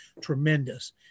tremendous